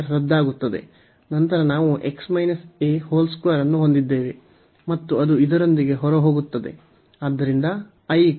ರದ್ದಾಗುತ್ತದೆ ನಂತರ ನಾವು ಅನ್ನು ಹೊಂದಿದ್ದೇವೆ ಮತ್ತು ಅದು ಇದರೊಂದಿಗೆ ಹೊರಹೋಗುತ್ತದೆ